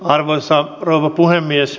arvoisa rouva puhemies